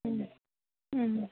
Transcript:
ம் ம்